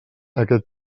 aquest